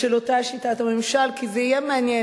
של אותה שיטת ממשל, כי זה יהיה מעניין.